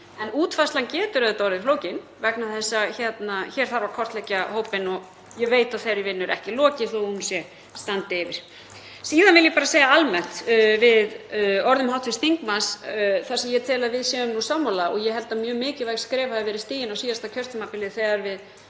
En útfærslan getur auðvitað orðið flókin vegna þess að hér þarf að kortleggja hópinn og ég veit að þeirri vinnu er ekki lokið þótt hún standi yfir. Síðan vil ég bara segja almennt við orðum hv. þingmanns þar sem ég tel að við séum sammála: Ég held að mjög mikilvæg skref hafi verið stigin á síðasta kjörtímabili þegar við